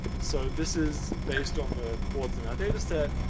so, this is based on the chords in our data set,